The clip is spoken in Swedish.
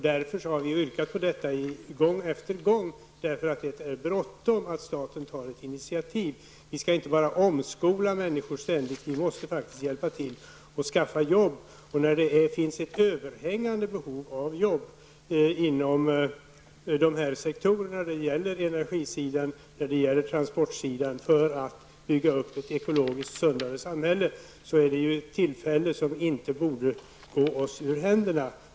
Därför har vi yrkat på detta gång på gång. Det är bråttom att staten tar ett initiativ. Vi skall inte bara omskola människor ständigt. Vi måste faktiskt hjälpa till att skaffa jobb. När det finns ett överhängande behov av jobb på energi och transportsidan för att bygga upp ett ekologiskt sundare samhälle, är ju det ett tillfälle som inte borde gå oss ur händerna.